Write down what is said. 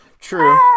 true